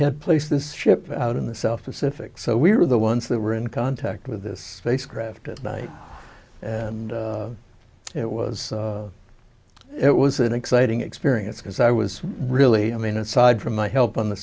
had place this ship out in the south pacific so we were the ones that were in contact with this spacecraft at night and it was it was an exciting experience because i was really i mean aside from my help on the